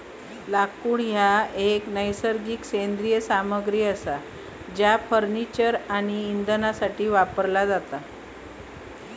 लाकूड हा एक नैसर्गिक सेंद्रिय सामग्री असा जो फर्निचर आणि इंधनासाठी वापरला जाता